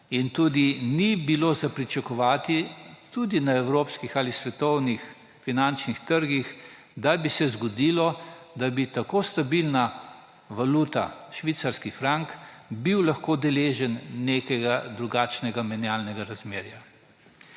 in tudi ni bilo za pričakovati na evropskih ali svetovnih finančnih trgih, da bi se zgodilo, da bi tako stabilna valuta, švicarski frank, bil lahko deležen nekega drugačnega menjalnega razmerja.